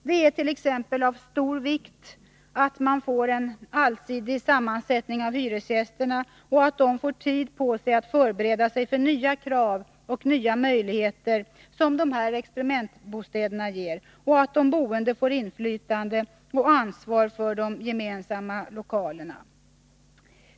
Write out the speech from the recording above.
Det är t.ex. av stor vikt att man får en allsidig sammansättning av hyresgästerna, att dessa får tid att förbereda sig för nya krav och möjligheter som experimentbostäderna ger och att de boende får inflytande och ansvar för de gemensamma lokalerna.